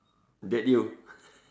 date you